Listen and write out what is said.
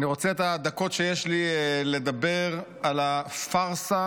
אני רוצה בדקות שיש לי לדבר על הפארסה